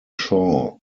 shaw